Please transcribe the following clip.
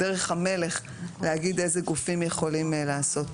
דרך המלך זה להגיד איזה גופים יכולים לעשות